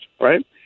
right